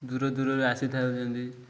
ଦୂର ଦୂରରୁ ଆସିଥାଉଛନ୍ତି